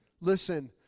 listen